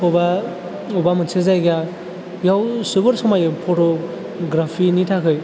अबेबा अबेबा मोनसे जायगा बेयाव जोबोर समायो फट' ग्राफीनि थाखै